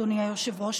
אדוני היושב-ראש,